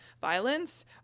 violence